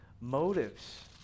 motives